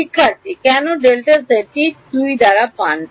শিক্ষার্থী কেন delta Z T 2 দ্বারা পান